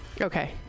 Okay